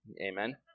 Amen